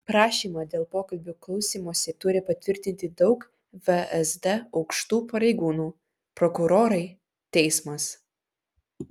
prašymą dėl pokalbių klausymosi turi patvirtinti daug vsd aukštų pareigūnų prokurorai teismas